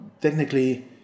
technically